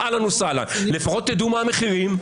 אהלן וסהלן לפחות תדעו מה המחירים.